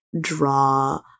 draw